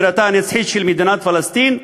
בירתה הנצחית של מדינת פלסטין,